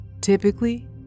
typically